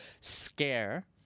scare